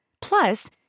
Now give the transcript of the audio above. Plus